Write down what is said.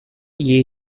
year